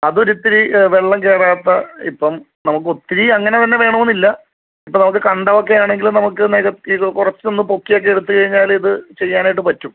അത് ഒരിത്തിരി വെള്ളം കയറാത്ത ഇപ്പം നമുക്ക് ഒത്തിരി അങ്ങനെ തന്നെ വേണമെന്നില്ല ഇപ്പം നമുക്ക് കണ്ടം ഒക്കെ ആണെങ്കിലും നമുക്ക് നികത്തി കുറച്ചൊന്ന് പൊക്കിയൊക്കെ എടുത്ത് കഴിഞ്ഞാൽ ഇത് ചെയ്യാനായിട്ട് പറ്റും